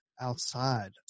outside